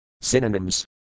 Synonyms